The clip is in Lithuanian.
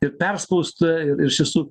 ir perspausta ir iš tiesų